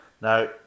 Now